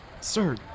sir